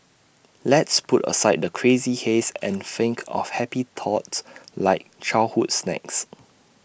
let's put aside the crazy haze and think of happy thoughts like childhood snacks